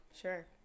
Sure